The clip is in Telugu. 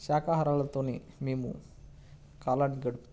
శాకాహారాలతో మేము కాలాన్ని గడుపుతాం